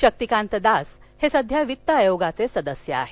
शक्तीकांत दास सध्या वित्त आयोगाचे सदस्य आहेत